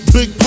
Big